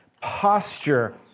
Posture